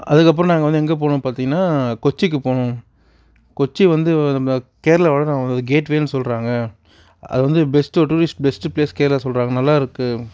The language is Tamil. அதுக்கு அப்புறம் நாங்கள் வந்து எங்கே போனோம் பார்த்தீங்னா கொச்சிக்கு போனோம் கொச்சி வந்து நம்ம கேரளாவோட கேட்வேணு சொல்கிறாங்க அது வந்து best tourist best place Kerala சொல்கிறாங்க நல்லா இருக்குது